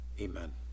amen